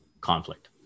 conflict